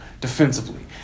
defensively